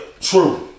true